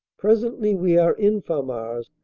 presently we are in famars.